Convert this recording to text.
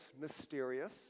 mysterious